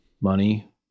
money